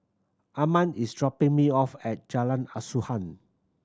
Armand is dropping me off at Jalan Asuhan